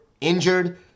injured